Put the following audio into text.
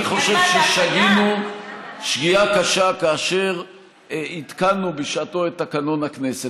אני חושב ששגינו שגיאה קשה כאשר התקנו בשעתו את תקנון הכנסת.